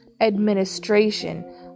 administration